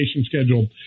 schedule